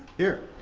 here.